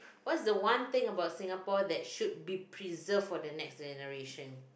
what's the one thing about Singapore that should be preserved for the next generation